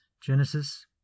Genesis